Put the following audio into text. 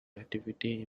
activity